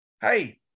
hey